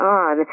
on